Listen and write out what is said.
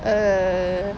err